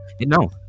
No